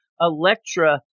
Electra